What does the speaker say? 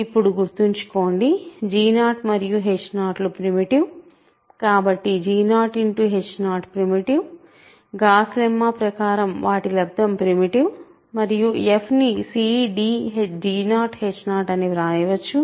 ఇప్పుడు గుర్తుంచుకోండి g0 మరియు h0 లు ప్రిమిటివ్ కాబట్టి g0h0 ప్రిమిటివ్ గాస్ లెమ్మా ప్రకారం వాటి లబ్దం ప్రిమిటివ్ మరియు f ని cd g0h0అని వ్రాయవచ్చు